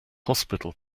hospital